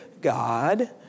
God